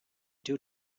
due